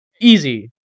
easy